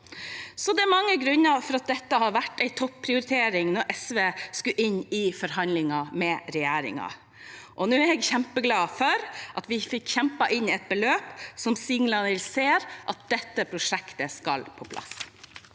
Det er mange grunner til at dette var en topprioritering da SV skulle inn i forhandlinger med regjeringen. Nå er jeg kjempeglad for at vi fikk kjempet inn et beløp som signaliserer at dette prosjektet skal på plass.